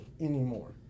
anymore